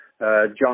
John